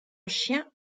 chien